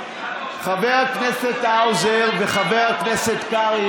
חבר הכנסת האוזר וחבר הכנסת קרעי,